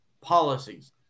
policies